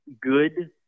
good